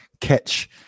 catch